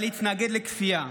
אבל להתנגד לכפייה,